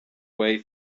way